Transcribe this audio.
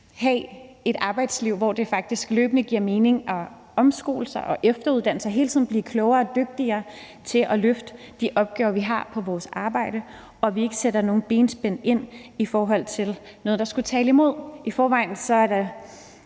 have et arbejdsliv, hvor det faktisk giver mening løbende at omskole sig, efteruddanne sig og hele tiden blive klogere og dygtigere til at løfte de opgaver, vi har på vores arbejde. Og det handler om, og at vi ikke sætter nogle benspænd ind i forhold til noget, der skulle tale imod. I forvejen er der